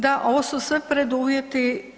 Da, ovo su sve preduvjeti.